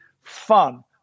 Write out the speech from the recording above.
fun